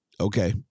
Okay